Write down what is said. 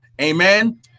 Amen